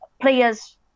players